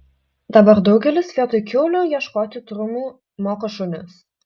dabar daugelis vietoj kiaulių ieškoti trumų moko šunis